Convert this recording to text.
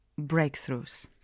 Breakthroughs